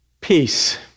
Peace